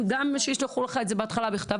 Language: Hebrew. שישלחו לך את זה בהתחלה בכתב,